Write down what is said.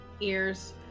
Ears